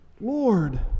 Lord